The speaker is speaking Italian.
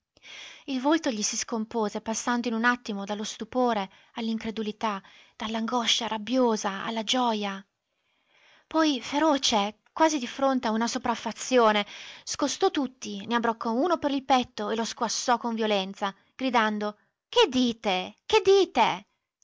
il volto gli si scompose passando in un attimo dallo stupore all'incredulità dall'angoscia rabbiosa alla gioja poi feroce quasi di fronte a una sopraffazione scostò tutti ne abbrancò uno per il petto e lo squassò con violenza gridando che dite che dite